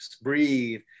breathe